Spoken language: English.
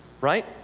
right